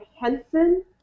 Henson